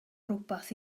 rywbeth